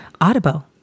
Audible